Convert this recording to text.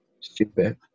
Stupid